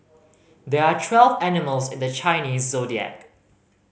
there are twelve animals in the Chinese Zodiac